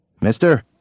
Mister